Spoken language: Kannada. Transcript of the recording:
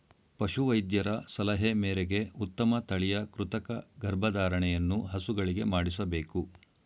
ಪಶು ವೈದ್ಯರ ಸಲಹೆ ಮೇರೆಗೆ ಉತ್ತಮ ತಳಿಯ ಕೃತಕ ಗರ್ಭಧಾರಣೆಯನ್ನು ಹಸುಗಳಿಗೆ ಮಾಡಿಸಬೇಕು